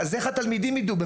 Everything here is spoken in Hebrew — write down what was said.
איך התלמידים יידעו משהו,